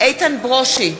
איתן ברושי,